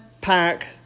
pack